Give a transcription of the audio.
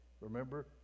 Remember